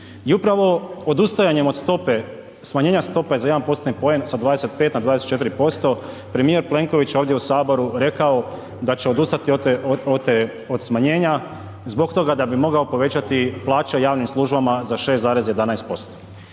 I upravo odustajanjem od stope, smanjenja stope za 1%-tni poen s 25 na 24% premijer Plenković je ovdje u Saboru rekao da će odustati od te, od smanjenja zbog toga da bi mogao povećati plaće javnim službama za 6,11%.